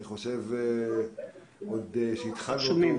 התחלנו אותו